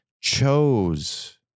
chose